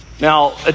Now